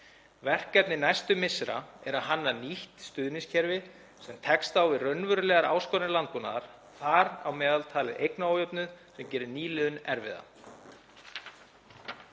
Verkefni næstu missera er að hanna nýtt stuðningskerfi sem tekst á við raunverulegar áskoranir landbúnaðar, þ.m.t. eignaójöfnuð sem gerir nýliðun erfiða.